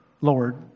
Lord